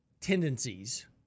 tendencies